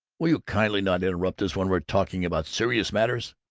will you kindly not interrupt us when we're talking about serious matters!